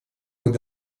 быть